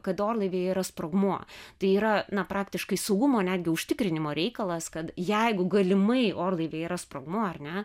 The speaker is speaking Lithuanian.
kad orlaivyje yra sprogmuo tai yra na praktiškai saugumo netgi užtikrinimo reikalas kad jeigu galimai orlaivyje yra sprogmuo ar ne